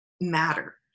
matter